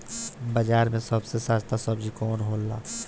बाजार मे सबसे सस्ता सबजी कौन होला?